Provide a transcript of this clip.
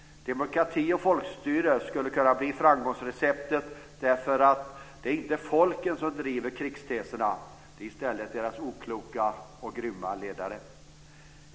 Demokrati och folkstyre skulle också kunna bli framgångsreceptet därför att det inte är folken som driver krigsteserna. Det är i stället deras okloka och grymma ledare.